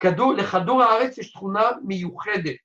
‫לכדור הארץ יש תכונה מיוחדת.